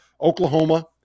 Oklahoma